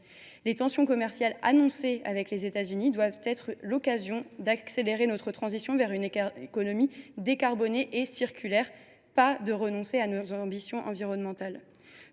Les tensions commerciales annoncées avec les États Unis doivent être l’occasion d’accélérer notre transition vers une économie décarbonée et circulaire, et non pas de renoncer à nos ambitions environnementales.